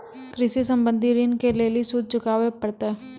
कृषि संबंधी ॠण के लेल सूदो चुकावे पड़त छै?